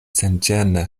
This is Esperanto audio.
senĝene